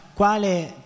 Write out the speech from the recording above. quale